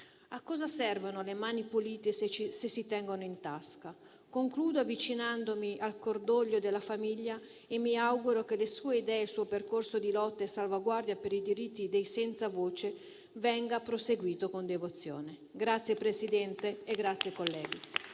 «A che serve avere le mani pulite, se si tengono in tasca?». Concludo avvicinandomi al cordoglio della famiglia e mi auguro che le sue idee e il suo percorso di lotta e salvaguardia dei diritti dei senza voce venga proseguito con devozione.